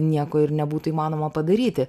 nieko ir nebūtų įmanoma padaryti